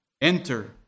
enter